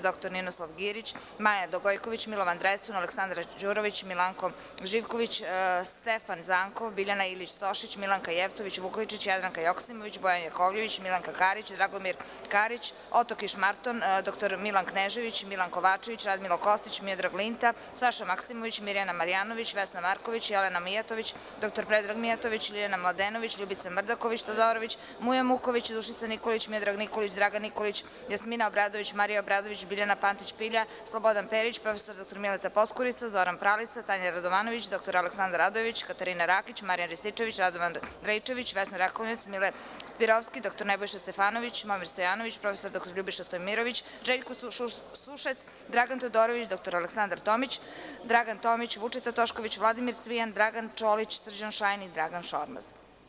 Dr Ninoslav Girić, Maja Gojković, Milovan Drecun, Aleksandra Đurović, Milanko Živković, Stefan Zankov, Biljana Ilić Stošić, Milanka Jevtović Vukojičić, Jadranka Joksimović, Bojan Jakovljević, Milanka Karić, Dragomir J. Karić, Oto Kišmarton, dr Milan Knežević, Milan Kovačević, Radmilo Kostić, Miodrag Linta, Saša Maksimović, Mirjana Marjanović, Vesna Marković, Jelena Mijatović, dr Predrag Mijatović, Ljiljana Miladinović, Ljubica Mrdaković, Todorović, Mujo Muković, Dušica Nikolić, Miodrag Nikolić, Dragan Nikolić, Jasmina Obradović, Marija Obradović, Biljana Pantić Pilja, Slobodan Perić, prof. Dr Mileta Poskurica, Zoran Pralica, Tanja Radovanović, dr Aleksandar Radojević, Katarina Rakić, Marijan Rističević, Radovan Raičević, Vesna Rakonjac, Mile Spirovski, dr Nebojša Stefanović, Momir Stojanović, prof. dr Ljubiša Stojmirović, Željko Sušec, Dragan Todorović, dr Aleksandra Tomić, Dragan Tomić, Vučeta Tošković, Vladimir Cvijan, Dragan Čolić, Srđan Šajn i Dragan Šormaz.